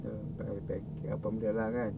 I pack apa benda lah kan